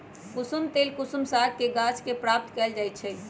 कुशुम तेल कुसुम सागके गाछ के प्राप्त कएल जाइ छइ